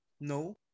no